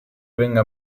venga